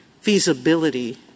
feasibility